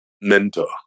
mentor